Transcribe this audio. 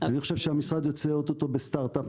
אני חושב שהמשרד יוצא אוטוטו בסטארט-אפ,